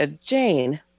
Jane